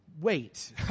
Wait